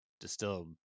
distill